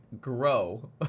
grow